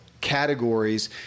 categories